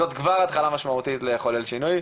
זאת כבר התחלה משמעותית לחולל שינוי,